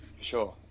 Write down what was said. Sure